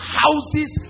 houses